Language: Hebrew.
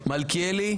מלכיאלי?